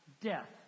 death